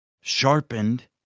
sharpened